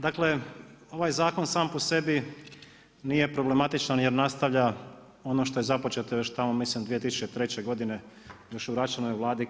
Dakle, ovaj zakon sam po sebi nije problematičan je nastavlja ono što je započeto još tamo mislim, 2003. godine, još u Račanovoj Vladi